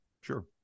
Sure